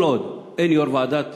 כל עוד אין יו"ר ועדת